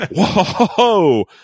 whoa